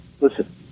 listen